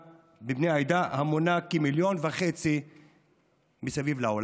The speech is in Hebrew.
המונה כמיליון וחצי מסביב לעולם.